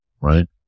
right